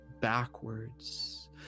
backwards